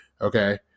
okay